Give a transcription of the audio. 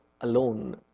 alone